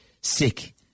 sick